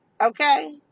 Okay